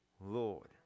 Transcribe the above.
Lord